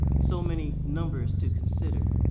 so many numbers to consider.